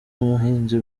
umuhinzi